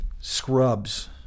scrubs